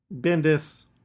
Bendis